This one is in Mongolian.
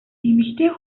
эмэгтэй